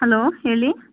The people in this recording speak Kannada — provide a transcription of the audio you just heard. ಹಲೋ ಹೇಳಿ